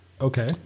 Okay